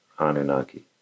Anunnaki